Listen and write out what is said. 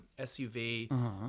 SUV